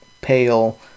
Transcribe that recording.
pale